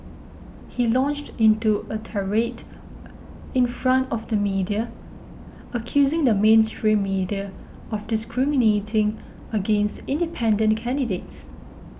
he launched into a tirade in front of the media accusing the mainstream media of discriminating against independent candidates